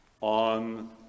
on